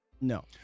No